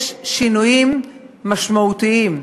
יש שינויים משמעותיים,